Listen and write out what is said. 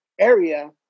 area